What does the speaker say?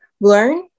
learn